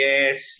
Yes